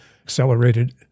Accelerated